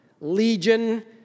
Legion